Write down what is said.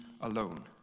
alone